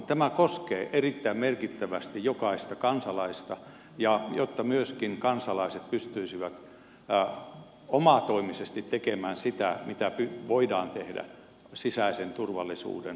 tämä koskee erittäin merkittävästi jokaista kansalaista ja mahdollistaisi sen että myöskin kansalaiset pystyisivät omatoimisesti tekemään sitä mitä voidaan tehdä sisäisen turvallisuuden vahvistamiseksi